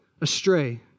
astray